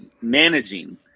managing